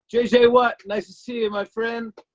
j j. watt, nice to see you, my friend.